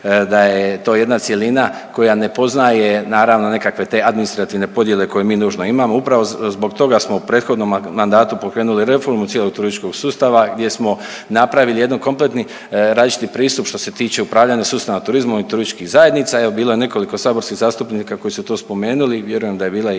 da je to jedna cjelina koja ne poznaje, naravno, nekakve te administrativne podjele koje mi nužno imamo. Upravo zbog toga smo u prethodnom mandatu pokrenuli reformu cijelog turističkog sustava, gdje smo napravili jedno kompletni različiti pristup, što se tiče upravljanja sustavom turizmom i turističkih zajednica. Evo, bilo je nekoliko saborskih zastupnika koji su to spomenuli, vjerujem da je bila i